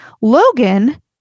Logan